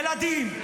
ילדים.